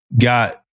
got